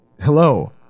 Hello